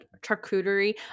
charcuterie